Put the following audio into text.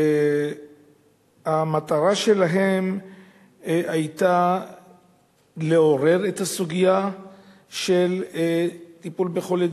המטרה שלהם היתה לעורר את הסוגיה של טיפול בחולי